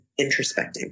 introspecting